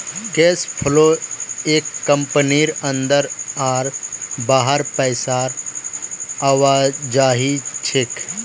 cash flow एक कंपनीर अंदर आर बाहर पैसार आवाजाही छे